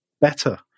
better